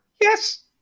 Yes